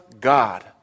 God